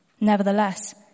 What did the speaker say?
nevertheless